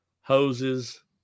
hoses